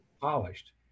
polished